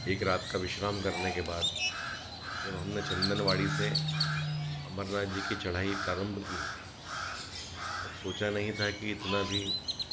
एक रात का विश्राम करने के बाद जब हमने चन्दनवाड़ी से अमरनाथ जी की चढ़ाई प्रारम्भ की तब सोचा नहीं था कि इतना भी